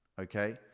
Okay